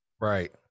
right